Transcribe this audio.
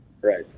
Right